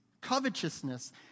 Covetousness